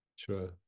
Sure